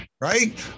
right